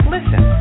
Listen